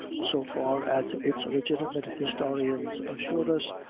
so far as its legitimate historians assure us,